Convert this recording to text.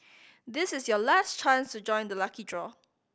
this is your last chance to join the lucky draw